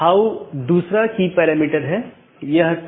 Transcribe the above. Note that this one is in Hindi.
दो त्वरित अवधारणाऐ हैं एक है BGP एकत्रीकरण